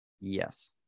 Yes